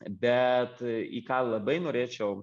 bet į ką labai norėčiau